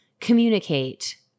communicate